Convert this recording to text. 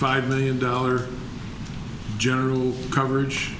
five million dollar general coverage